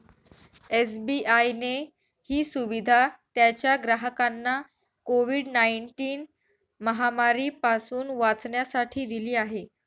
SBI ने ही सुविधा त्याच्या ग्राहकांना कोविड नाईनटिन महामारी पासून वाचण्यासाठी दिली आहे